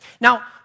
Now